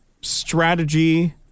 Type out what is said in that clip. strategy